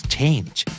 change